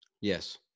Yes